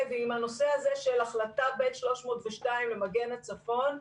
ועם הנושא הזה של החלטה ב/302 למגן הצפון.